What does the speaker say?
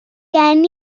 gen